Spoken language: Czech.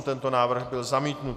Tento návrh byl zamítnut.